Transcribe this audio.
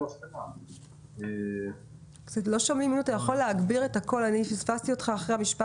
בהחלט יכול להיות מצב